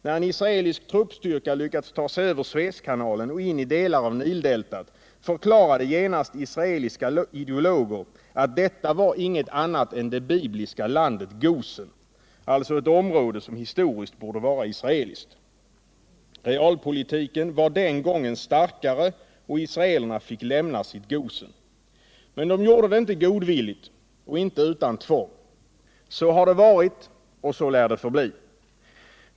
När en israelisk truppstyrka lyckats ta sig över Suezkanalen och in i delar av Nildeltat, förklarade genast israeliska ideologer att detta var inget annat än det bibliska landet Gosen — alltså ett område som historiskt borde vara israeliskt. Realpolitiken var den gången starkare och israelerna fick lämna sitt Gosen. Men de gjorde det inte godvilligt och inte utan tvång. Så har det varit och så lär det förbli.